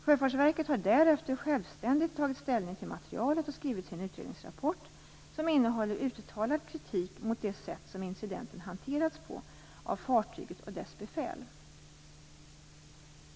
Sjöfartsverket har därefter självständigt tagit ställning till materialet och skrivit sin utredningsrapport som innehåller uttalad kritik mot det sätt som incidenten hanterats på av fartyget och dess befäl.